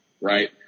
right